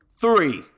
three